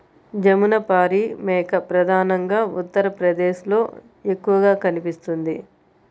జమునపారి మేక ప్రధానంగా ఉత్తరప్రదేశ్లో ఎక్కువగా కనిపిస్తుంది